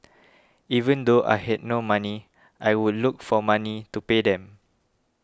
even though I had no money I would look for money to pay them